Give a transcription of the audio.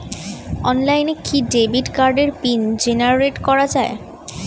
অনলাইনে কি ডেবিট কার্ডের পিন জেনারেট করা যায়?